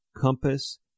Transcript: Compass